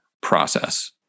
process